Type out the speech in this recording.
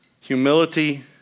Humility